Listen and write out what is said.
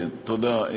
תודה.